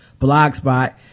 Blogspot